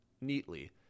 neatly